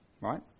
Right